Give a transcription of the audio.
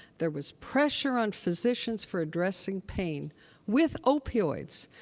there was pressure on physicians for addressing pain with opioids.